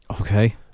okay